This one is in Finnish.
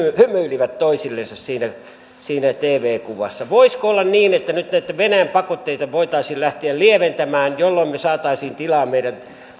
hymyilivät toisillensa siinä tv kuvassa voisiko olla niin että nyt näitä venäjän pakotteita voitaisiin lähteä lieventämään jolloin me saisimme tilaa meidän